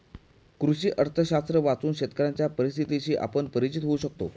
कृषी अर्थशास्त्र वाचून शेतकऱ्यांच्या परिस्थितीशी आपण परिचित होऊ शकतो